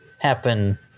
happen